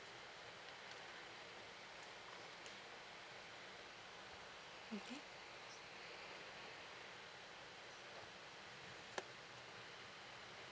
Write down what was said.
mmhmm